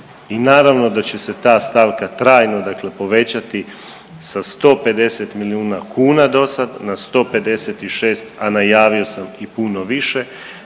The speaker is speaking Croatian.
I naravno da će se ta stavka trajno povećati sa 150 milijuna kuna do sad na 156, a najavio sam i puno više,